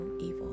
evil